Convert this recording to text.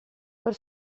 per